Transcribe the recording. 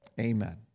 Amen